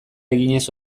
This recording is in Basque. eginez